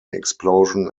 explosion